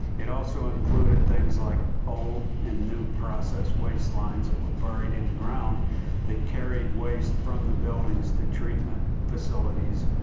it also included things like old and new process waste lines that were buried in the ground that carried waste from the buildings to treatment facilities.